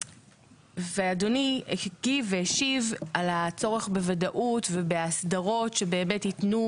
ואדוני הגיב והשיב על הצורך בוודאות ובהסדרות שבאמת יתנו